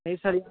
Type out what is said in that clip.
नहीं सर